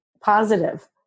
positive